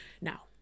now